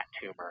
tumor